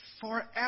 forever